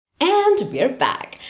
and we're back.